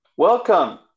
Welcome